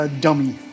Dummy